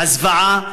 הזוועה,